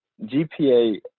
GPA